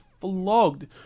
flogged